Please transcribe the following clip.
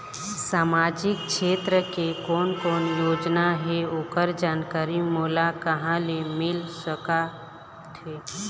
सामाजिक क्षेत्र के कोन कोन योजना हे ओकर जानकारी मोला कहा ले मिल सका थे?